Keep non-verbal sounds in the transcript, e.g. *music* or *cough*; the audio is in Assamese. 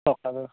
থকাৰ *unintelligible*